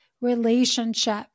relationship